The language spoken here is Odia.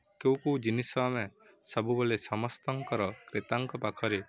କେଉଁ କେଉଁ ଜିନିଷ ଆମେ ସବୁବେଳେ ସମସ୍ତଙ୍କର କ୍ରେତାଙ୍କ ପାଖରେ